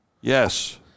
yes